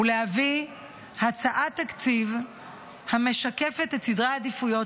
ולהביא הצעת תקציב המשקפת את סדרי העדיפויות